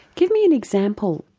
give me an example?